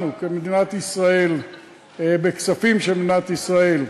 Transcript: אנחנו כמדינת ישראל, בכספים של מדינת ישראל,